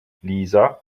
lisa